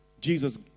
Jesus